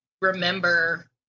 remember